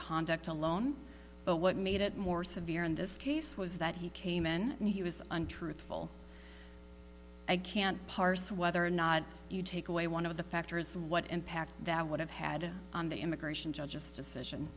conduct alone but what made it more severe in this case was that he came in and he was untruthful i can't parse whether or not you take away one of the factors what impact that would have had on the immigration judges decision